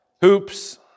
Hoops